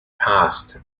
passed